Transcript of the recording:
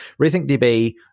RethinkDB